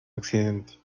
accidente